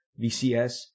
VCS